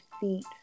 feet